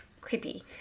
creepy